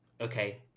okay